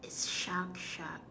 it's shark shark